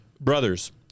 Brothers